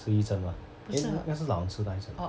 濕疹啊 eh 那个是老人痴呆症